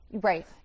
Right